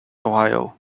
ohio